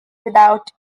without